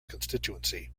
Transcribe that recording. constituency